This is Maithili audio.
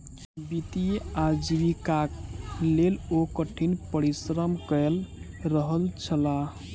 वित्तीय आजीविकाक लेल ओ कठिन परिश्रम कय रहल छलाह